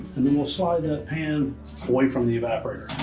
and then we'll slide that pan away from the evaporator.